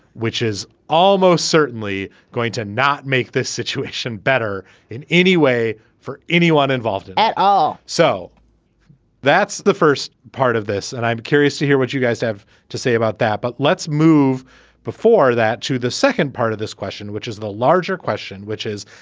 which is almost certainly going to not make this situation better in any way for anyone involved at all. so that's the first part of this. and i'm curious to hear what you guys have to say about that. but let's move before that to the second part of this question, which is the larger question, which is,